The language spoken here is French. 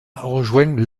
rejoint